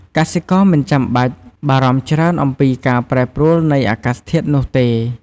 កសិករមិនចាំបាច់បារម្ភច្រើនអំពីភាពប្រែប្រួលនៃអាកាសធាតុនោះទេ។